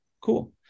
cool